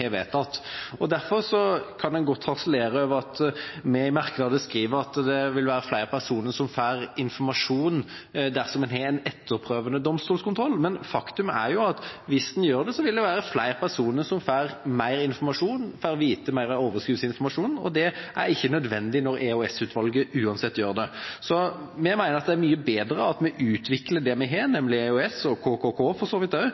vedtatt. Derfor kan en godt harselere over at vi i merknadene skriver at det vil være flere personer som får informasjon dersom en har en etterfølgende domstolskontroll. Faktum er at hvis en gjør det, vil det være flere personer som får mer informasjon – får vite mer av overskuddsinformasjonen – og det er ikke nødvendig når EOS-utvalget uansett gjør det. Vi mener det er mye bedre at vi utvikler det vi har, nemlig EOS – og for så vidt